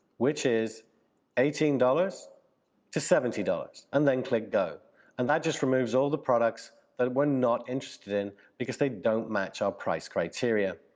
which is eighteen dollars to seventy dollars and then click go and that just removes all the products that we're not interested in because they don't match our price criteria.